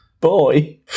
boy